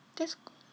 that's cool